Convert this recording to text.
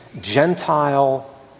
Gentile